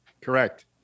Correct